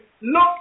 look